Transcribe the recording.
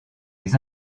les